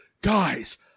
guys